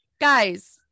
guys